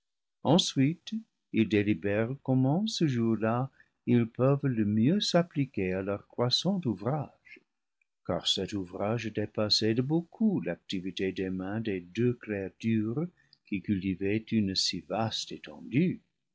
ensuite ils délibèrent comment ce jour-là ils peuvent le mieux s'appliquer à leur croissant ouvrage car cet ouvrage dépassait de beaucoup l'activité des mains des deux créatures qui cultivaient une si vaste étendue